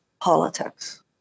politics